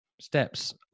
Steps